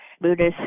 Buddhist